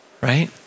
right